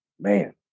man